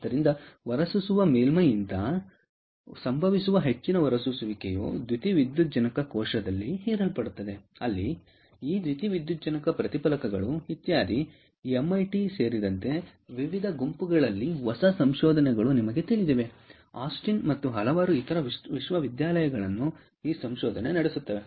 ಆದ್ದರಿಂದ ಹೊರಸೂಸುವ ಮೇಲ್ಮೈಯಿಂದ ಸಂಭವಿಸುವ ಹೆಚ್ಚಿನ ಹೊರಸೂಸುವಿಕೆಯು ದ್ಯುತಿವಿದ್ಯುಜ್ಜನಕ ಕೋಶದಲ್ಲಿ ಹೀರಲ್ಪಡುತ್ತದೆ ಅಲ್ಲಿ ಈ ದ್ಯುತಿವಿದ್ಯುಜ್ಜನಕ ಪ್ರತಿಫಲಕಗಳು ಇತ್ಯಾದಿ ಎಂಐಟಿ ಸೇರಿದಂತೆ ವಿವಿಧ ಗುಂಪುಗಳಲ್ಲಿ ಹೊಸ ಸಂಶೋಧನೆಗಳು ನಿಮಗೆ ತಿಳಿದಿವೆ ಆಸ್ಟಿನ್ ಮತ್ತು ಹಲವಾರು ಇತರ ವಿಶ್ವವಿದ್ಯಾಲಯಗಳನ್ನು ಈ ಸಂಶೋಧನೆ ನಡೆಸುತ್ತದೆ